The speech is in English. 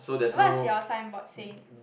what is your signboard saying